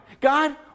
God